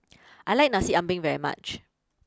I like Nasi Ambeng very much